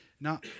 Now